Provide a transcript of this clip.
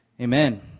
Amen